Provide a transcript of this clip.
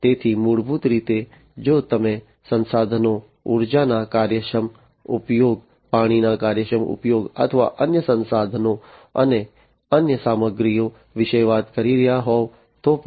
તેથી મૂળભૂત રીતે જો તમે સંસાધનો ઊર્જાના કાર્યક્ષમ ઉપયોગ પાણીના કાર્યક્ષમ ઉપયોગ અથવા અન્ય સંસાધનો અને અન્ય સામગ્રીઓ વિશે વાત કરી રહ્યાં હોવ તો પણ